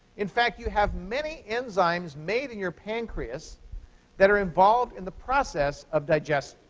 in fact, you have many enzymes made in your pancreas that are involved in the process of digestion.